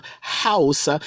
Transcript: house